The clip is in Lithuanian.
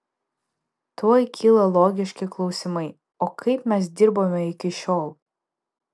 tuoj kyla logiški klausimai o kaip mes dirbome iki šiol